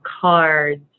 cards